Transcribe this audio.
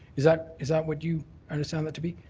is that is that what you understand that to be?